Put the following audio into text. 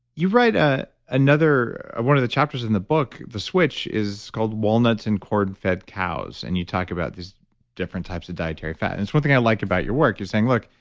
you write ah another one of the chapters in the book, the switch, is called walnuts and corn-fed cows, and you talk about these different types of dietary fat. and it's one thing i like about your work, you're saying, look,